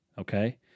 okay